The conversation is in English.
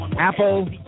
Apple